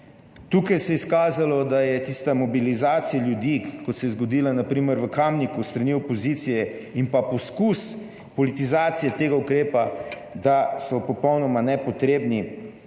Tukaj se je izkazalo, da je tista mobilizacija ljudi, kot se je zgodila na primer v Kamniku s strani opozicije, in pa poskus politizacije tega ukrepa, da so popolnoma nepotrebni,